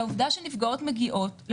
לעובדה שנפגעות או נפגעים מגיעות או מגיעים